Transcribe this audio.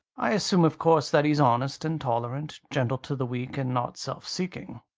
i assume, of course, that he's honest and tolerant, gentle to the weak, and not self-seeking.